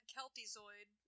Keltyzoid